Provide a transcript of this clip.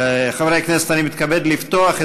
מס' 9591, 9601,